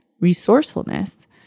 resourcefulness